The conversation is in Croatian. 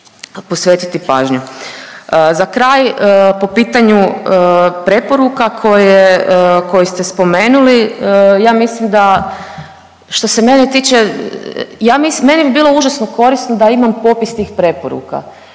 posvetiti pažnju. Za kraj po pitanju preporuka koje ste spomenuli, ja mislim da što se mene tiče, meni bi bilo užasno korisno da imam popis tih preporuka